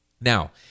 Now